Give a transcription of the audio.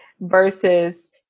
Versus